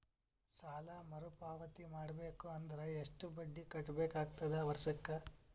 ಸಾಲಾ ಮರು ಪಾವತಿ ಮಾಡಬೇಕು ಅಂದ್ರ ಎಷ್ಟ ಬಡ್ಡಿ ಕಟ್ಟಬೇಕಾಗತದ ವರ್ಷಕ್ಕ?